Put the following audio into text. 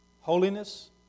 holiness